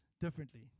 differently